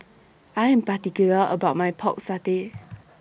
I Am particular about My Pork Satay